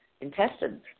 intestines